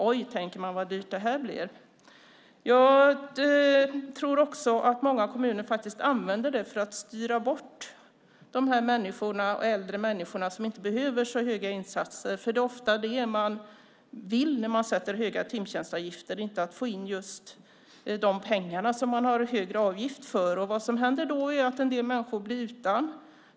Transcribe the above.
Oj, tänker man, så dyrt det blir. Jag tror att många kommuner använder höga avgifter för att styra bort äldre människor som inte behöver så stora insatser. Det är ofta det man vill göra genom att sätta höga timtjänstavgifter; det handlar inte om att få in just de pengarna. Det som då händer är att en del människor blir utan.